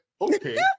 okay